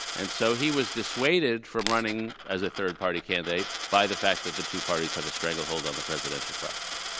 and so he was dissuaded from running as a third-party candidate by the fact that the two parties have a stranglehold on the presidential process.